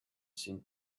seemed